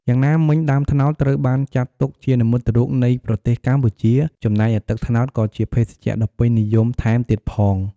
យ៉ាងណាមិញ ដើមត្នោតត្រូវបានចាត់ទុកជានិមិត្តរូបនៃប្រទេសកម្ពុជា ចំណែកឯទឹកត្នោតក៏ជាភេសជ្ជៈដ៏ពេញនិយមថែមទៀតផង។